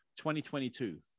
2022